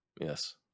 Yes